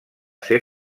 ser